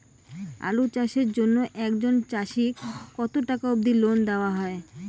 আলু চাষের জন্য একজন চাষীক কতো টাকা অব্দি লোন দেওয়া হয়?